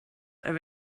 are